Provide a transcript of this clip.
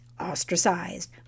ostracized